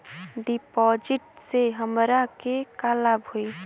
डिपाजिटसे हमरा के का लाभ होई?